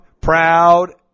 proud